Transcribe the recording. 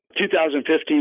2015